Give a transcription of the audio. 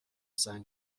زنگ